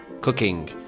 cooking